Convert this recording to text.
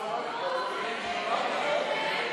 תומא סלימאן,